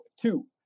two